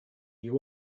you